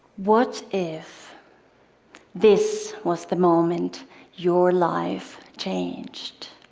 what if this was the moment your life changed?